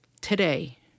today